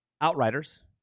Outriders